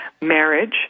Marriage